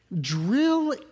drill